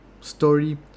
story